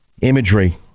imagery